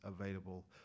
available